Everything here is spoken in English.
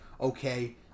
okay